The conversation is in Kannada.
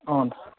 ಹ್ಞೂ ರೀ